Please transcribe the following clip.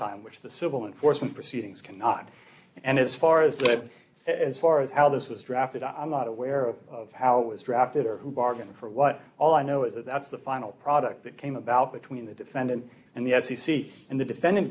time which the civil enforcement proceedings cannot and as far as that as far as how this was drafted i'm not aware of of how was drafted or who bargain for what all i know is that that's the final product that came about between the defendant and the s e c and the defendant